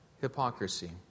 hypocrisy